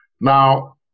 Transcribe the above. Now